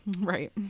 Right